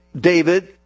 David